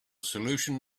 solution